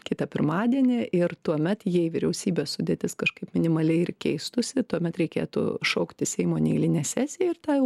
kitą pirmadienį ir tuomet jei vyriausybės sudėtis kažkaip minimaliai ir keistųsi tuomet reikėtų šaukti seimo neeilinę sesiją ir tą jau